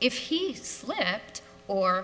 if he slipped or